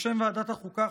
בשם ועדת החוקה,